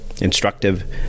instructive